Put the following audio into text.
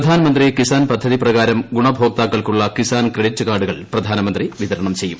പ്രധാൻമന്ത്രി കിസാൻ പദ്ധതി പ്രകാരം ഗുണഭോക്താകൾക്കുള്ള കിസാൻ ക്രഡിറ്റ് കാർഡുകൾ പ്രധാനമന്ത്രി വിതരണം ചെയ്യും